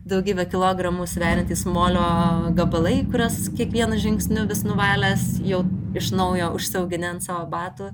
daugybę kilogramų sveriantys molio gabalaikuriuos kiekvienu žingsniu vis nuvalęs jau iš naujo užsiaugini ant savo batų